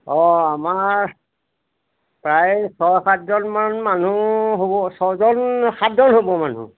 অঁ আমাৰ প্ৰায় ছ সাতজনমান মানুহ হ'ব ছজন সাতজন হ'ব মানুহ